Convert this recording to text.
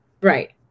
Right